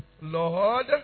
Lord